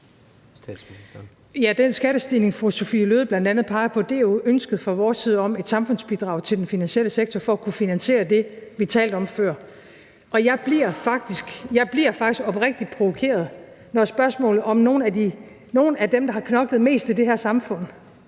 Den skattestigning, fru Sophie Løhde bl.a. peger på, er jo ønsket fra vores side om et samfundsbidrag fra den finansielle sektor for at kunne finansiere det, vi talte om før. Og jeg bliver faktisk oprigtig provokeret, når et spørgsmål om nogle af dem, der har knoklet mest i det her samfund,